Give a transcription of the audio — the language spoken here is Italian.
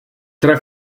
tre